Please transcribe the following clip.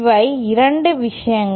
இவை 2 விஷயங்கள்